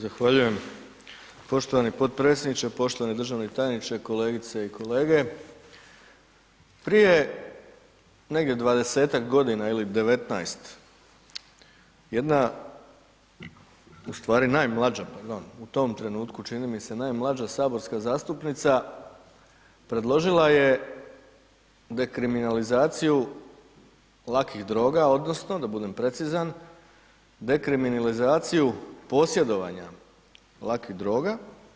Zahvaljujem poštovani podpredsjedniče, poštovani državni tajniče, kolegice i kolege, prije negdje 20-tak godina ili 19 jedna u stvari najmlađa, pardon, u tom trenutku čini mi se najmlađa saborska zastupnica predložila je dekriminalizaciju lakih droga odnosno da budem precizan dekriminalizaciju posjedovanja lakih droga.